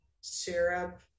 syrup